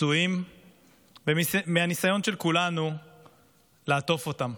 פצועים ומהניסיון של כולנו לעטוף אותם.